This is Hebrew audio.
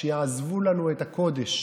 שיעזבו לנו את הקודש,